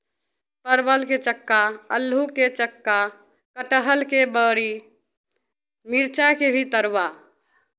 परवलके चक्का आलूके चक्का कटहरके बरी मिरचाइके भी तरुआ